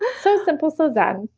ah so simple, so zen.